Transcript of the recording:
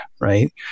right